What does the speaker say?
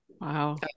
wow